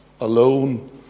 alone